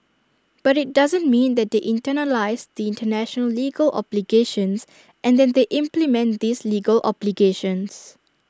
but IT doesn't mean that they internalise the International legal obligations and that they implement these legal obligations